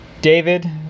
David